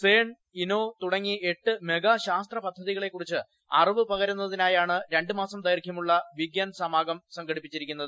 CERN ഇനോര തുടങ്ങി എട്ട് മെഗാ ശാസ്ത്ര പദ്ധതികളെക്കുറിച്ച് അറിവ് പകരുന്നതിനായാണ് രണ്ട് മാസം ദൈർഘ്യമുള്ള വിഗ്യാൻ സമാഗം സംഘടിപ്പിച്ചിരിക്കുന്നത്